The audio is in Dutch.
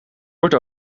wordt